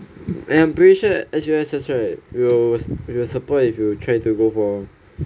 and I'm pretty sure that S_U_S_S right will support if you try to go for